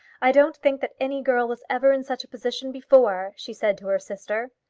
i don't think that any girl was ever in such a position before, she said to her sister.